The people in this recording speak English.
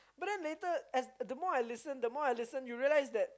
but then later the more I listen the more I listen you realize that